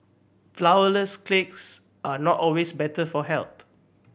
flourless cakes are not always better for health